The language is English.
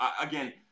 Again